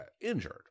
injured